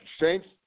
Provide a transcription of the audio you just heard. Saints